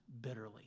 bitterly